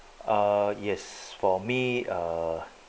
uh yes for me err